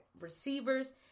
receivers